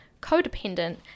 codependent